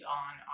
on